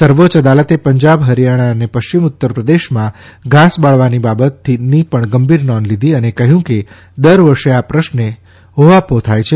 સર્વોચ્ય અદાલતે પંજાબ હરિયાણા અને પશ્ચિમ ઉત્તરપ્રદેશમાં ઘાસ બાળવાની બાબતની પણ ગંભીર નોંધ લીધી અને ક્હયુ કે દર વર્ષે આ પ્રશ્ને ઉહાપોહ થાય છે